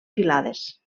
filades